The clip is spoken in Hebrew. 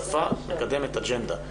שפה מקדמת אג'נדה.